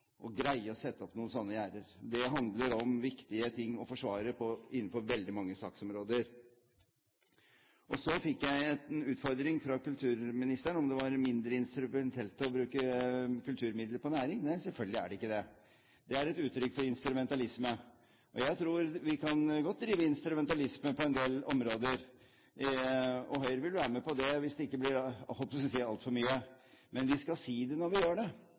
å greie å sette opp noen slike gjerder. Det handler om viktige ting å forsvare innenfor veldig mange saksområder. Og så fikk jeg en utfordring fra kulturministeren – om det var mindre instrumentelt å bruke kulturmidler på næring. Nei, selvfølgelig er det ikke det. Det er et uttrykk for instrumentalisme, og jeg tror vi godt kan drive instrumentalisme på en del områder. Høyre vil være med på det hvis det ikke blir – jeg holdt på å si – altfor mye. Men vi skal si det når vi gjør det,